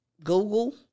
Google